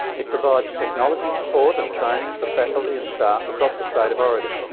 it provides technology support and training for faculty and staff across the state of oregon.